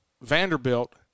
Vanderbilt